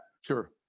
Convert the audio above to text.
sure